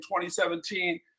2017